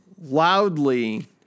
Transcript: loudly